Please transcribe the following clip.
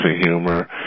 humor